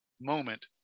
moment